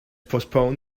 postpone